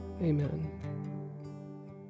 Amen